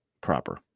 proper